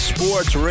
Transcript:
Sports